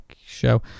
Show